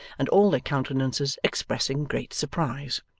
and all their countenances expressing great surprise.